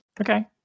Okay